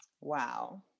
Wow